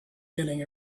getting